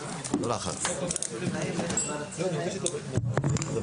הקראנו סעיף שהוא עורר פה גם כן עניין.